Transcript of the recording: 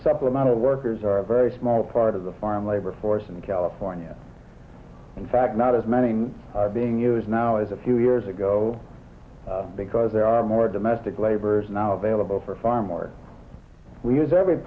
supplemental workers are a very small part of the foreign labor force in california in fact not as manning being used now as a few years ago because there are more domestic labor is now available for far more we use every